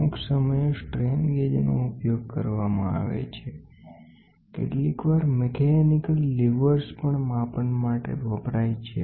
અમુક સમયે સ્ટ્રેન ગેજનો ઉપયોગ કરવામાં આવે છે કેટલીકવાર માપન માટે મિકેનીકલ લીવર પણ વપરાય છે